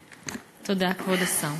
תודה, כבוד השר.